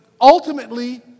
ultimately